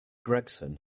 gregson